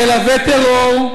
ילבה טרור,